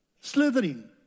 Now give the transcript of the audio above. slithering